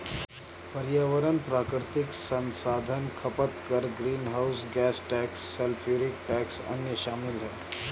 पर्यावरण प्राकृतिक संसाधन खपत कर, greenhouse gas tax, sulphuric tax, अन्य शामिल हैं